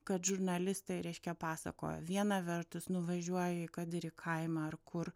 kad žurnalistai reiškia pasakojo viena vertus nuvažiuoji kad ir į kaimą ar kur